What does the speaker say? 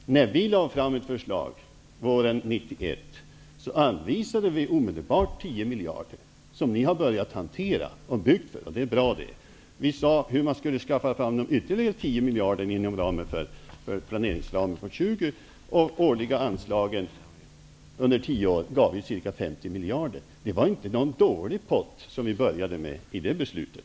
När vi våren 1991 lade fram ett förslag anvisade vi omedelbart 10 miljarder, som ni nu har börjat hantera genom att bygga. Det är bra det. För att planeringsramen på 20 miljarder i årliga anslag under 10 år gav vi ca 50 miljarder. Det var inte någon dålig pott som vi började med genom det beslutet.